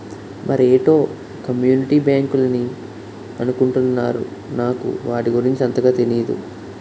మరేటో కమ్యూనిటీ బ్యాంకులని అనుకుంటున్నారు నాకు వాటి గురించి అంతగా తెనీదు